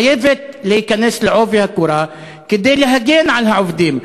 חייבת להיכנס בעובי הקורה כדי להגן על העובדים.